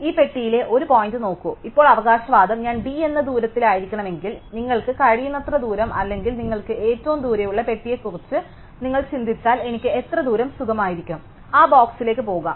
അതിനാൽ ഈ പെട്ടിയിലെ ഒരു പോയിന്റ് നോക്കൂ ഇപ്പോൾ അവകാശവാദം ഞാൻ d എന്ന ദൂരത്തിലായിരിക്കണമെങ്കിൽ നിങ്ങൾക്ക് കഴിയുന്നത്ര ദൂരം അല്ലെങ്കിൽ നിങ്ങൾക്ക് ഏറ്റവും ദൂരെയുള്ള പെട്ടിയെക്കുറിച്ച് നിങ്ങൾ ചിന്തിച്ചാൽ എനിക്ക് എത്ര ദൂരം സുഖമായിരിക്കും ആ ബോക്സിലേക്ക് പോകാം